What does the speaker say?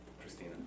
Christina